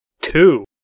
Two